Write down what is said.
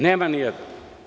Nema nijednog.